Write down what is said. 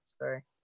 Sorry